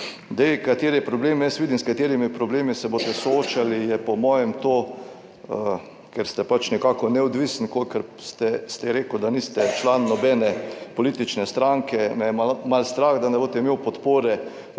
Zdaj kateri je problem, jaz vidim s katerimi problemi se boste soočali je po mojem to, ker ste nekako neodvisen kolikor ste rekel, da niste član nobene politične stranke, me je malo strah, da ne boste imel podpore